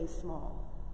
small